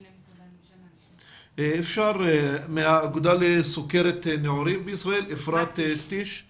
עד גיל 10. נושא הסייעות